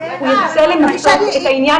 הוא ירצה למצות את העניין,